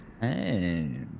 Hey